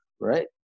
right